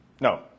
No